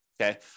okay